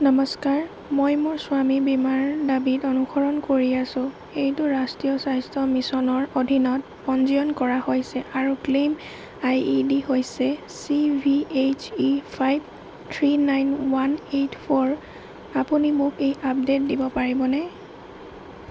নমস্কাৰ মই মোৰ স্বামীৰ বীমাৰ দাবী অনুসৰণ কৰি আছো এইটো ৰাষ্ট্ৰীয় স্বাস্থ্য মিছনৰ অধীনত পঞ্জীয়ন কৰা হৈছে আৰু ক্লেইম আই ডি হৈছে C V H E five three nine one eight four আপুনি মোক এই আপডেট দিব পাৰিবনে